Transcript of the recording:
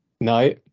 No